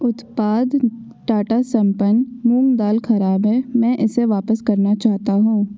उत्पाद टाटा संपन्न मूँग दाल ख़राब है मैं इसे वापस करना चाहता हूँ